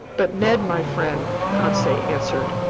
but ned my friend, conseil answered,